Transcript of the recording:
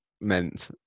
meant